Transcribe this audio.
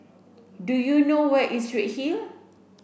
do you know where is Redhill